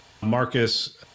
Marcus